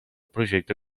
projecte